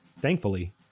Thankfully